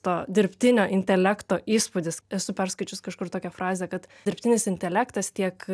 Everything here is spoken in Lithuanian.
to dirbtinio intelekto įspūdis esu perskaičius kažkur tokią frazę kad dirbtinis intelektas tiek